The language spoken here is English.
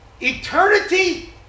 eternity